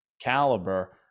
caliber